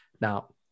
Now